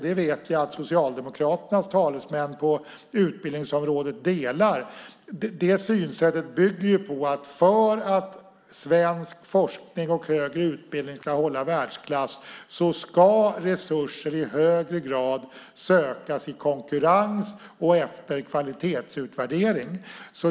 Jag vet att Socialdemokraternas talesmän på utbildningsområdet delar det. Det synsättet bygger på att för att svensk forskning och högre utbildning ska hålla världsklass ska resurser i högre grad sökas i konkurrens och efter kvalitetsutvärdering.